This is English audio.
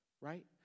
right